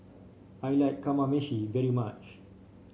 I like Kamameshi very much